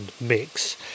mix